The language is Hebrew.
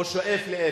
או שואף לאפס.